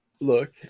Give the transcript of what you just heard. Look